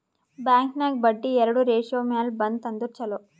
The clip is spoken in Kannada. ಬ್ಯಾಂಕ್ ನಾಗ್ ಬಡ್ಡಿ ಎರಡು ರೇಶಿಯೋ ಮ್ಯಾಲ ಬಂತ್ ಅಂದುರ್ ಛಲೋ